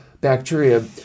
bacteria